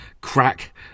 crack